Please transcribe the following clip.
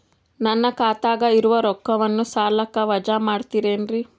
ನನ್ನ ಖಾತಗ ಇರುವ ರೊಕ್ಕವನ್ನು ಸಾಲಕ್ಕ ವಜಾ ಮಾಡ್ತಿರೆನ್ರಿ?